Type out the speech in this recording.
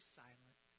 silent